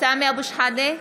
סמי אבו שחאדה,